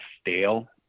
stale